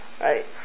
right